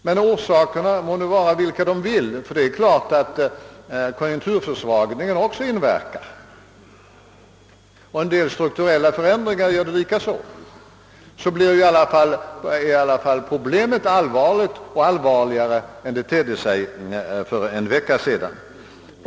Men orsakerna må vara vilka som helst. Givetvis har konjunkturförsvagningen också inverkat och likaså en del strukturella förändringar. Problemet blir i alla fall allvarligt och framstår som allvarligare än det tedde sig för en vecka sedan.